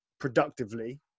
productively